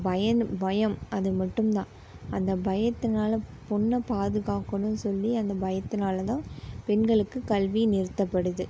பயந்து பயம் அது மட்டும்தான் அந்த பயத்தினால பொண்ணை பாதுகாக்கணும் சொல்லி அந்த பயத்தினாலதான் பெண்களுக்கு கல்வி நிறுத்தப்படுது